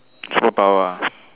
superpower ah